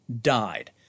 died